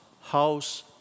house